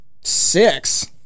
six